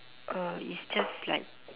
uh it's just like